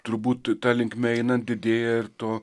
turbūt ta linkme einant didėja ir to